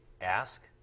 ask